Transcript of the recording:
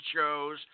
shows